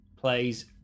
plays